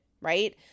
right